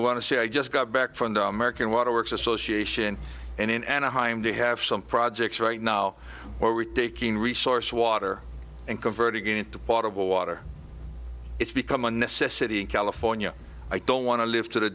want to say i just got back from the american water works association and in anaheim they have some projects right now where we're taking resource water and converting it into potable water it's become a necessity in california i don't want to live to the